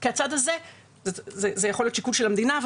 כי זה יכול להיות שיקול של המדינה אבל